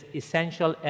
essential